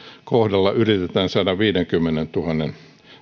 kohdalla yritetään saada viidenkymmenentuhannen